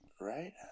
right